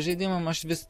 žaidimam aš vis